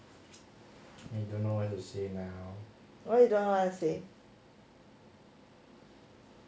why you don't know what to say